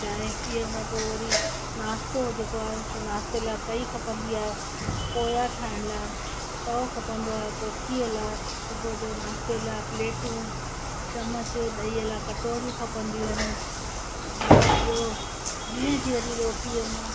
चांहि पीअण खां पोइ वरी नास्तो जेको आहे सो नास्ते लाइ तई खपंदी आहे पोया ठाहिण लाइ तओ खपंदो आहे कोकीअ लाइ सुबुह जो नास्ते लाइ प्लेटूं चमिच ॾहीअ लाइ कटोरियूं खपंदियूं आहिनि ॿियो ॾींहं जी वरी रोटीअ मां